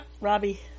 Robbie